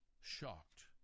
Shocked